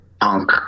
punk